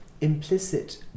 implicit